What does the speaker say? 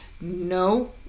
No